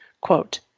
quote